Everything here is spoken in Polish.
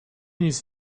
nic